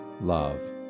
love